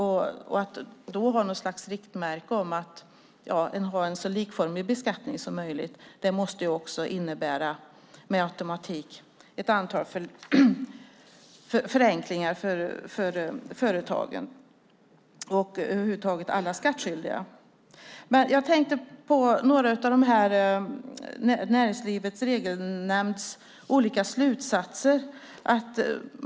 Har man då så som något slags riktmärke att man ska ha en så likformig beskattning som möjligt måste det också med automatik innebära ett antal förenklingar för företagen och över huvud taget alla skattskyldiga. Men jag tänkte på några av Näringslivets Regelnämnds slutsatser.